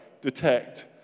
detect